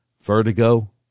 vertigo